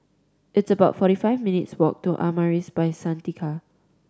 it's about forty five minutes' walk to Amaris By Santika